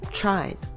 tried